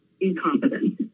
incompetent